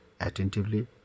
attentively